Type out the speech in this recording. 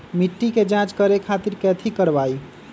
मिट्टी के जाँच करे खातिर कैथी करवाई?